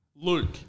Luke